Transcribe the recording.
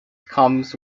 comes